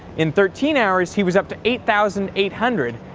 in thirteen hours he was up to eight thousand eight hundred.